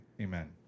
Amen